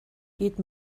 geht